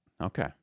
Okay